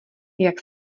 jak